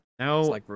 Now